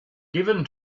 given